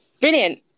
Brilliant